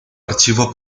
archivo